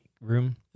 room